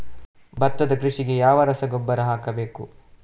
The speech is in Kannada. ಭತ್ತದ ಕೃಷಿಗೆ ಯಾವ ರಸಗೊಬ್ಬರ ಹಾಕಬೇಕು?